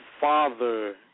father